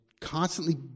Constantly